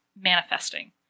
manifesting